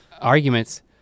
arguments